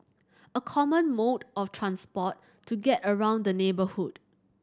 a common mode of transport to get around the neighbourhood